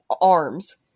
arms